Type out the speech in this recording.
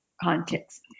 context